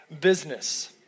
business